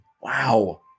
Wow